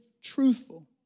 truthful